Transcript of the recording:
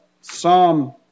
Psalm